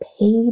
paid